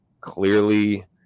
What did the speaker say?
clearly